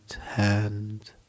hand